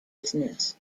business